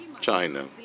China